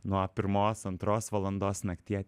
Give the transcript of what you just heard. nuo pirmos antros valandos naktie